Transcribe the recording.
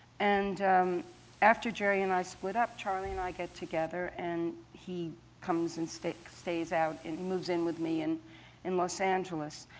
and after jerry and i split up, charlie and i get together. and he comes and stays stays out and moves in with me in in los angeles.